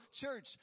church